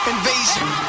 Invasion